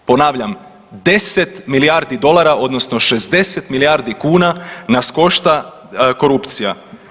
Ponavljam 10 milijardi dolara odnosno 60 milijardi kuna nas košta korupcija.